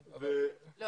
דוד,